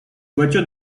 voiture